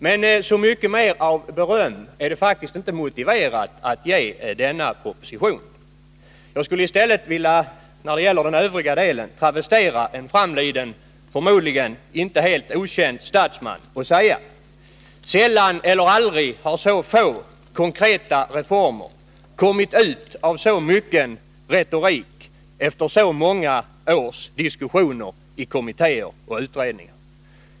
Men så mycket mer beröm är det faktiskt inte motiverat att ge denna proposition. När det gäller den övriga delen vill jag i stället travestera en framliden, förmodligen inte helt okänd statsman och säga: Sällan eller aldrig har så få konkreta reformer kommit ut av så mycken retorik efter så många års diskussioner i kommittéer och utredningar.